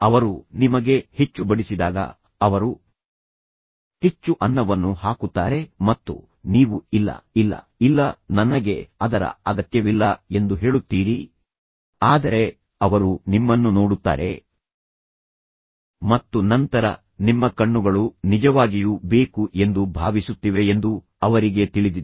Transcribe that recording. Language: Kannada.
ಅವರು ನಿಮಗೆ ಹೆಚ್ಚು ಬಡಿಸಿದಾಗ ಅವರು ಹೆಚ್ಚು ಅನ್ನವನ್ನು ಹಾಕುತ್ತಾರೆ ಮತ್ತು ನೀವು ಇಲ್ಲ ಇಲ್ಲ ಇಲ್ಲ ನನಗೆ ಅದರ ಅಗತ್ಯವಿಲ್ಲ ಎಂದು ಹೇಳುತ್ತೀರಿ ಆದರೆ ಅವರು ನಿಮ್ಮನ್ನು ನೋಡುತ್ತಾರೆ ಮತ್ತು ನಂತರ ನಿಮ್ಮ ಕಣ್ಣುಗಳು ನಿಜವಾಗಿಯೂ ಬೇಕು ಎಂದು ಭಾವಿಸುತ್ತಿವೆ ಎಂದು ಅವರಿಗೆ ತಿಳಿದಿದೆ